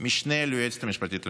המשנה ליועצת המשפטית לממשלה,